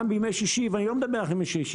גם בימי שישי אבל אני לא מדבר רק על ימי שישי.